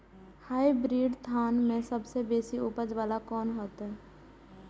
Hybrid धान में सबसे बेसी उपज बाला कोन हेते?